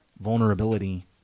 vulnerability